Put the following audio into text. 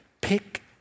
Pick